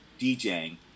DJing